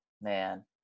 man